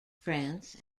france